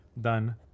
Done